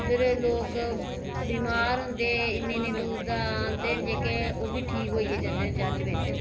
बथ्हेरे लोक बमार होंदे ते इन्नी इन्नी दूर दा आंदे जेह्के ते ओह्बी ठीक होइयै जंदे न चर्च बिच